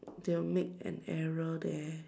they will make an error there